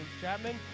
Chapman